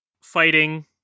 fighting